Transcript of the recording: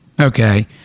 Okay